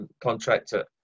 contractor